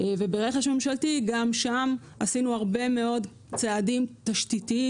גם ברכש הממשלתי עשינו הרבה מאוד צעדים תשתיתיים,